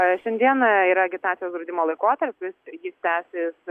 šiandiena yra agitacijos draudimo laikotarpis jis tęsis